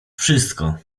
wszystko